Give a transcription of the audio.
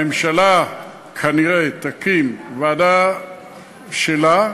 הממשלה כנראה תקים ועדה שלה,